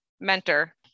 mentor